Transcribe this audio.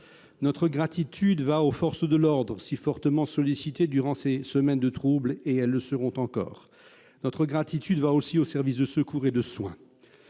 Notre gratitude va aux forces de l'ordre, si fortement sollicitées durant ces semaines de troubles, et elles le seront encore. Notre gratitude va aussi aux services de secours et de soins.